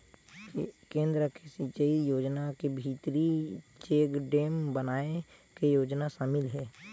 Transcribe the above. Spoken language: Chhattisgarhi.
केन्द्र के सिचई योजना के भीतरी चेकडेम बनाए के योजना सामिल हे